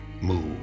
move